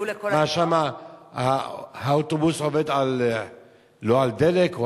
הוא לכל, מה, שם האוטובוס עובד לא על דלק?